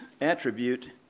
attribute